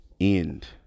end